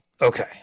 Okay